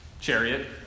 chariot